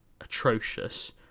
atrocious